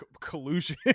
collusion